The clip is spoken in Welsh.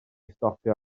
stopio